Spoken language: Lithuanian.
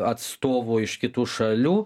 atstovų iš kitų šalių